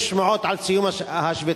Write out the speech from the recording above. יש שמועות על סיום השביתה,